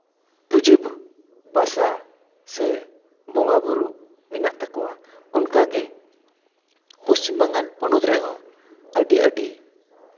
ᱯᱩᱡᱟᱹ ᱯᱟᱥᱟ ᱥᱮ ᱵᱚᱸᱜᱟᱼᱵᱩᱨᱩ ᱢᱮᱱᱟᱜ ᱛᱟᱠᱚᱣᱟ ᱚᱱᱟᱜᱮ ᱯᱚᱥᱪᱷᱤᱢ ᱵᱟᱝᱜᱟᱞ ᱯᱚᱱᱚᱛ ᱨᱮᱦᱚᱸ ᱟᱹᱰᱤ ᱟᱹᱰᱤ